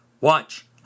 Watch